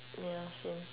ya same